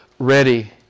ready